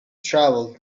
travel